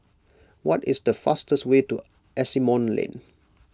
what is the fastest way to Asimont Lane